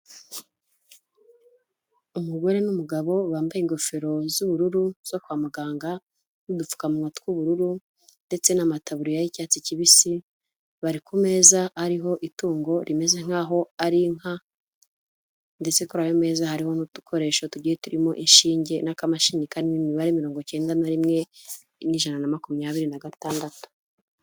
Umugore n'umugabo bambaye ingofero z'ubururu zo kwa muganga n'udupfukamunwa tw'ubururu ndetse n'amatabuririya y'icyatsi kibisi bari ku meza ariho itungo rimeze nk'aho ari inka ndetse kuri ayo meza harimo n'udukoresho tugiye turimo inshinge n'akamashini karimo imibare mirongo icyenda na rimwe rimwe ijana na makumyabiri na gatandatu.